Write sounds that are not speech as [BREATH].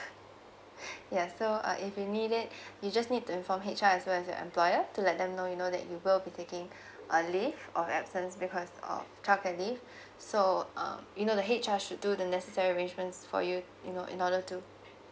[BREATH] ya so uh if you need it [BREATH] you just need to inform H_R as well as your employer to let them know you know that you will be taking a leave of absence because of childcare leave [BREATH] so uh you know the H_R should do the necessary arrangements for you you know in order to